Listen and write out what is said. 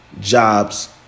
jobs